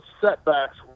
setbacks